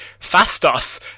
Fastos